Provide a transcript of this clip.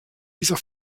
dieser